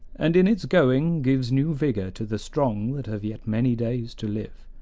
and in its going gives new vigor to the strong that have yet many days to live.